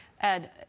Ed